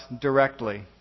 directly